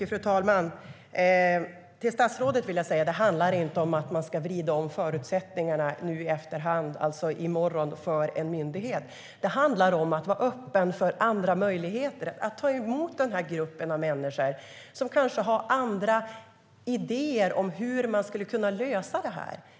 Fru talman! Till statsrådet vill jag säga att det inte handlar om att man ska vrida om förutsättningarna för en myndighet i efterhand, alltså i morgon. Det handlar om att vara öppen för andra möjligheter, att ta emot den här gruppen av människor. De kanske har andra idéer om hur man skulle kunna lösa det här.